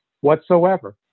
whatsoever